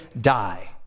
die